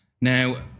Now